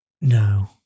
No